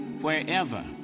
wherever